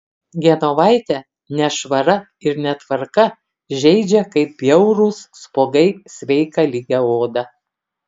genovaitę nešvara ir netvarka žeidžia kaip bjaurūs spuogai sveiką lygią odą